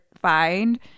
find